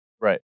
Right